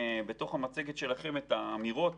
במצגת שלכם יש את האמירות